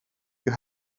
you